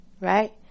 Right